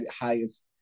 highest